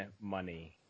money